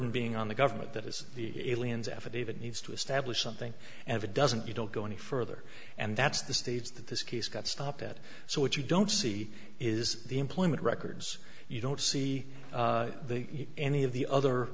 burden being on the government that is the affidavit needs to establish something and it doesn't you don't go any further and that's the states that this case got stopped at so what you don't see is the employment records you don't see any of the other